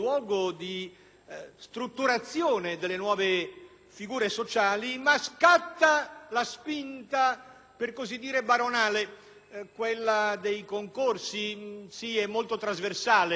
strutturazione delle nuove figure sociali, ma scatta la spinta, per così dire, baronale, quella dei concorsi; sì, è molto trasversale. Vorrei